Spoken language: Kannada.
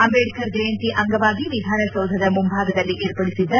ಅಂಬೇಡ್ಕರ್ ಜಯಂತಿ ಅಂಗವಾಗಿ ವಿಧಾನಸೌಧದ ಮುಂಭಾಗದಲ್ಲಿ ವಿರ್ಪಡಿಸಿದ್ದ